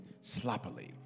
sloppily